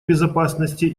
безопасности